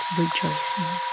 rejoicing